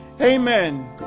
Amen